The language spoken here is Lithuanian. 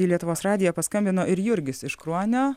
į lietuvos radiją paskambino ir jurgis iš kruonio